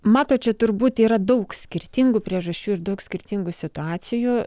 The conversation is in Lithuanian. matot čia turbūt yra daug skirtingų priežasčių ir daug skirtingų situacijų